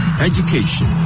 education